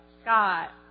Scott